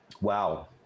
Wow